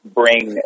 bring